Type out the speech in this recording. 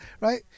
Right